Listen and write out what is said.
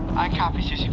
i copy,